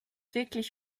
wirklich